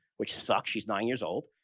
which sucks, she's nine years old.